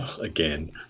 again